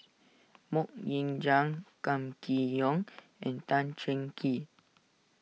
Mok Ying Jang Kam Kee Yong and Tan Cheng Kee